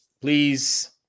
please